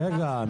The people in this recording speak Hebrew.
רגע,